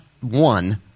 one